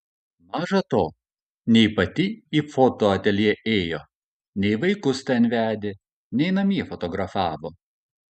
maža to nei pati į fotoateljė ėjo nei vaikus ten vedė nei namie fotografavo